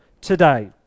today